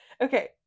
Okay